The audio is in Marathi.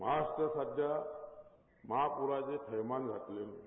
महाराष्ट्रात सध्या महापुराचे थैमान घातले आहे